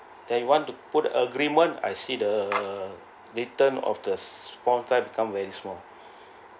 they you want to put agreement I see the written of the font size become very small